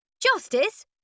Justice